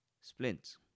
splints